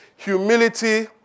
Humility